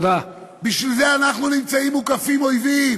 בשביל זה אנחנו נמצאים פה מוקפים אויבים,